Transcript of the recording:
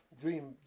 Dream